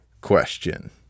question